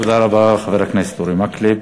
תודה רבה לחבר הכנסת אורי מקלב.